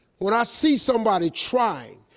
when i see somebody trying,